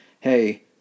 hey